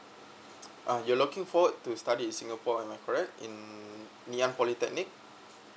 ah you looking forward to study in singapore am I correct in ngee an polytechnic